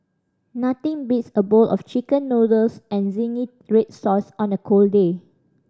nothing beats a bowl of Chicken Noodles and zingy red sauce on a cold day